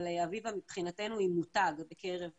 אבל אביבה מבחינתנו היא מותג בקרב צה"ל.